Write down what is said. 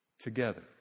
together